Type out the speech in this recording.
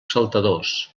saltadors